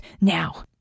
now